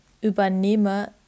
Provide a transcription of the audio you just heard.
übernehme